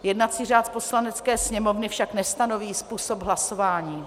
Jednací řád Poslanecké sněmovny však nestanoví způsob hlasování.